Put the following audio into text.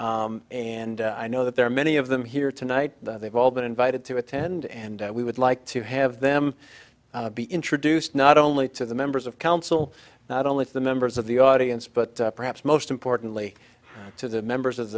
members and i know that there are many of them here tonight that they've all been invited to attend and we would like to have them be introduced not only to the members of council not only to the members of the audience but perhaps most importantly to the members of